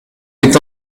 est